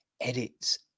edits